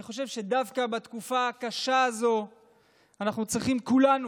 אני חושב שדווקא בתקופה הקשה הזאת אנחנו צריכים כולנו,